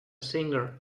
singer